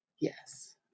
yes